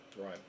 Right